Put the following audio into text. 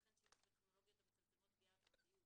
וכן שימוש בטכנולוגיות המצמצמות פגיעה בפרטיות,